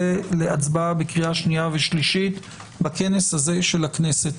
להצבעה בקריאה שנייה ושלישית בכנס הזה של הכנסת.